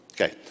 Okay